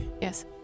Yes